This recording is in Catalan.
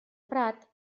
prat